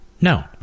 No